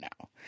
now